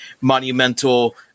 monumental